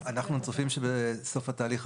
אנחנו צריכים שבסוף התהליך,